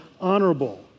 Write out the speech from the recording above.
honorable